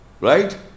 right